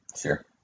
Sure